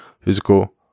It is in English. Physical